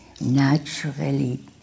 naturally